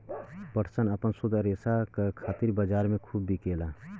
पटसन आपन शुद्ध रेसा क खातिर बजार में खूब बिकेला